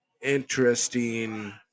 interesting